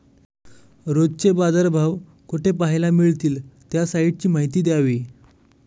रोजचे बाजारभाव कोठे पहायला मिळतील? त्या साईटची माहिती द्यावी